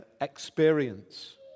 experience